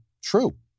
true